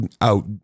out